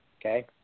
okay